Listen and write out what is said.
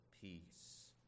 peace